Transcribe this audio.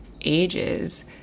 ages